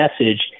message